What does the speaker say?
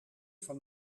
van